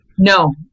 No